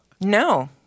No